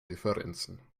differenzen